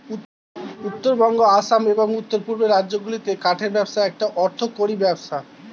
উত্তরবঙ্গ, আসাম, এবং উওর পূর্বের রাজ্যগুলিতে কাঠের ব্যবসা একটা অর্থকরী ব্যবসা